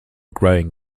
growing